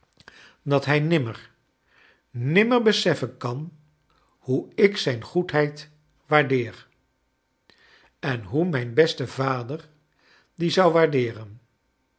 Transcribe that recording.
dat hij nimmer nimmer beseffen kan hoe ik zijn goedheid waardeer en hoe mijn beste vader die zou waardeeren